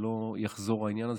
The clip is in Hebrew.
כדי שלא יחזור העניין הזה.